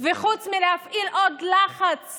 וחוץ מלהפעיל עוד לחץ